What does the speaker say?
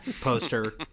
poster